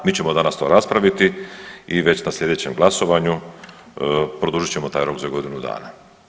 Mi ćemo danas to raspraviti i već na sljedećem glasovanju produžit ćemo taj rok za godinu dana.